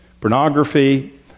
pornography